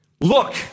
Look